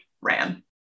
ran